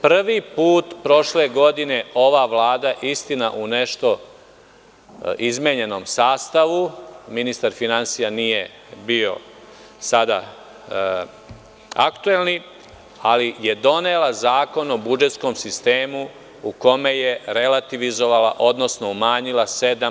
Prvi put prošle godine ova Vlada, istina u nešto izmenjenom sastavu, ministar finansija nije bio sada aktuelni, ali je donela Zakon o budžetskom sistemu u kome je relativizovala, odnosno umanjila 7%